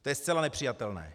To je zcela nepřijatelné.